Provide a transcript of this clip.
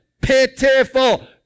pitiful